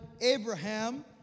Abraham